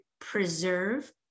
preserve